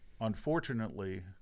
unfortunately